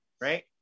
right